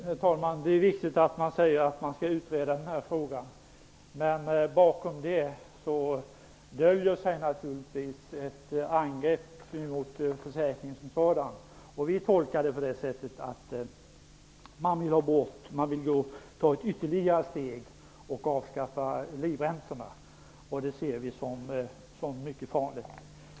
Herr talman! Det är riktigt att ni föreslår att man skall utreda denna fråga, men bakom detta döljer sig naturligtvis ett angrepp mot försäkringen som sådan. Vi tolkar det så att man vill gå ytterligare ett steg och avskaffa livräntorna, och det ser vi som mycket farligt.